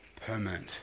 permanent